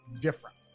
different